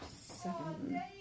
Seven